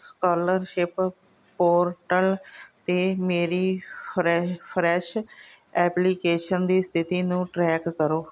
scholarship portal 'ਤੇ ਮੇਰੀ fresh fresh application ਦੀ ਸਥਿਤੀ ਨੂੰ ਟਰੈਕ ਕਰੋ